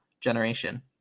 generation